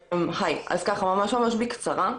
היי, אז ככה ממש ממש בקצרה.